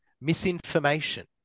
Misinformation